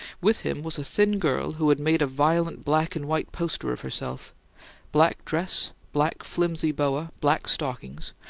with him was a thin girl who had made a violent black-and-white poster of herself black dress, black flimsy boa, black stockings,